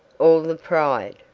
all the pride,